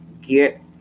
get